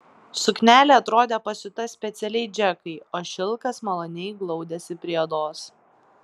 suknelė atrodė pasiūta specialiai džekai o šilkas maloniai glaudėsi prie odos